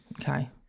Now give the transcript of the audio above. Okay